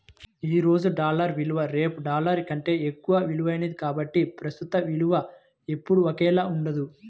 ఈ రోజు డాలర్ విలువ రేపు డాలర్ కంటే ఎక్కువ విలువైనది కాబట్టి ప్రస్తుత విలువ ఎప్పుడూ ఒకేలా ఉండదు